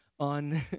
on